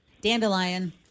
Dandelion